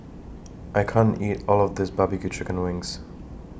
I can't eat All of This Barbecue Chicken Wings